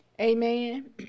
Amen